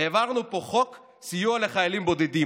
העברנו פה חוק סיוע לחיילים בודדים,